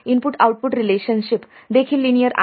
input output relationship देखील linear आहे